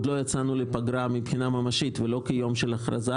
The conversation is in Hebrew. לא יצאנו לפגרה מבחינה ממשית ולא כיום של הכרזה?